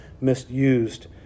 misused